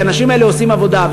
כי האנשים האלה עושים עבודה.